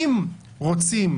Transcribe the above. אם רוצים